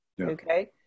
Okay